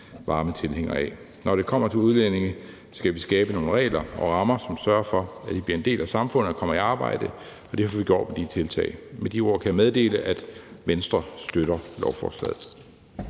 varme tilhængere af. Når det kommer til udlændinge, skal vi skabe nogle regler og rammer, som sørger for, at de bliver en del af samfundet og kommer i arbejde. Og det har vi gjort med de her tiltag. Med de ord kan jeg meddele, at Venstre støtter lovforslaget.